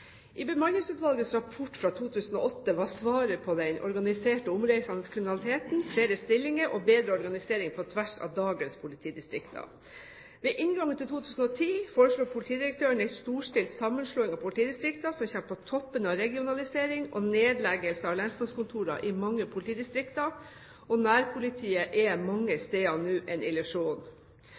2008 var svaret på den organiserte, omreisende kriminaliteten flere stillinger og bedre organisering på tvers av dagens politidistrikter. Ved inngangen til 2010 foreslo politidirektøren en storstilt sammenslåing av politidistrikter, som kommer på toppen av regionalisering og nedleggelse av lensmannskontorer i mange politidistrikter, og nærpolitiet er mange steder nå en illusjon.